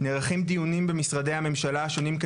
נערכים דיונים במשרדי הממשלה השונים,